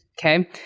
Okay